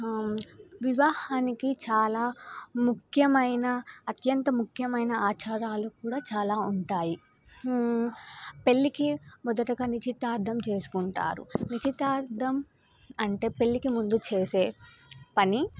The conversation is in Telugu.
వివాహానికి చాలా ముఖ్యమైన అత్యంత ముఖ్యమైన ఆచారాలు కూడా చాలా ఉంటాయి పెళ్ళికి మొదటగా నిశ్చితార్థం చేసుకుంటారు నిశ్చితార్థం అంటే పెళ్ళికి ముందు చేసే పని